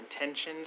intentions